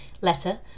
letter